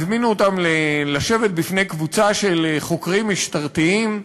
הזמינו אותם לשבת בפני קבוצה של חוקרים משטרתיים.